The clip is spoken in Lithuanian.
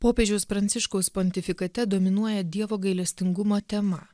popiežiaus pranciškaus pontifikate dominuoja dievo gailestingumo tema